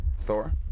Thor